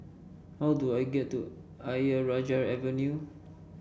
how do I get to Ayer Rajah Avenue